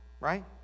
right